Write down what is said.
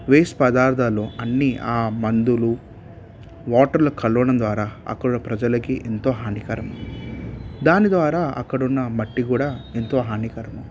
waste పదార్థాలు అన్నీ ఆ మందులు వాటర్లో కలవడం ద్వారా అక్కడ ఉన్న ప్రజలకి ఎంతో హానికరం దాని ద్వారా అక్కడ ఉన్న మట్టి కూడా ఎంతో హానికరం